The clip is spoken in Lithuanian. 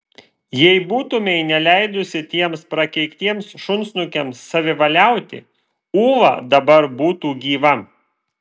jei būtumei neleidusi tiems prakeiktiems šunsnukiams savivaliauti ūla dabar būtų gyva